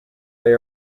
they